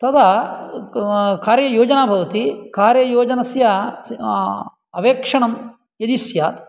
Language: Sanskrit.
तदा कार्ययोजना भवति कार्ययोजनस्य अवेक्षणं यदि स्यात्